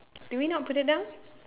do we not put it down